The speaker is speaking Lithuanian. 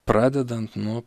pradedant nuo